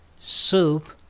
soup